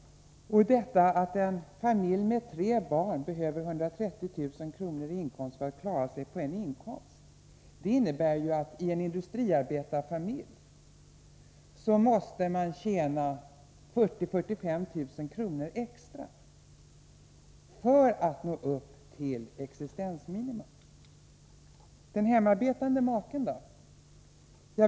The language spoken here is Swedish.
Detta att en familj med tre barn behöver 130 000 kr. i inkomst för att kunna klara sig på en inkomst innebär att man i en industriarbetarfamilj måste tjäna 40 000-45 000 extra för att nå upp till existensminimum. Den hemmaarbetande maken då?